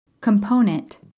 Component